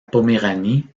poméranie